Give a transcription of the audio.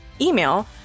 email